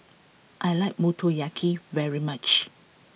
I like Motoyaki very much